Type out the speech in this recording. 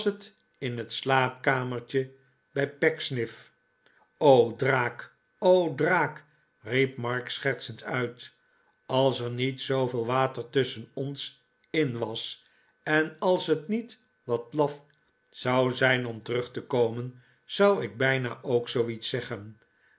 in het slaapkamertje bij pecksniff draak o draak riep mark schertsend uit als er niet zooveel water tusschen ons in was en als het niet wat laf zou zijn om terug te komen zou ik bijna ook zooiets zeggen